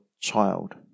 child